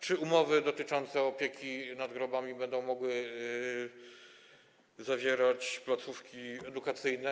Czy umowy dotyczące opieki nad grobami będą mogły zawierać placówki edukacyjne?